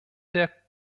der